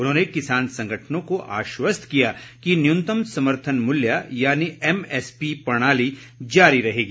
उन्होंने किसान संगठनों को आश्वस्त किया कि न्यूनतम समर्थन मूल्य यानि एमएसपी प्रणाली जारी रहेगी